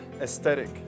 aesthetic